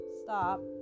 stop